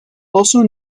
also